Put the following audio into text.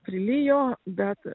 prilijo bet